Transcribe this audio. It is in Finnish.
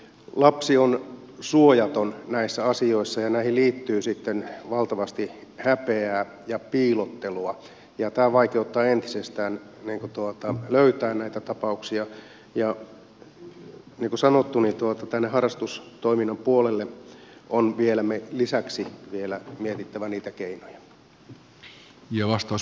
lapsi on suojaton näissä asioissa ja näihin liittyy sitten valtavasti häpeää ja piilottelua ja tämä vaikeuttaa entisestään näiden tapausten löytämistä ja niin kuin sanottu harrastustoiminnan puolelle on lisäksi vielä mietittävä niitä keinoja